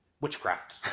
witchcraft